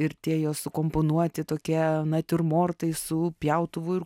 ir tie jos sukomponuoti tokie natiurmortai su pjautuvu ir